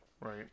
Right